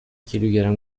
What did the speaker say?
کیلوگرم